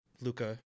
Luca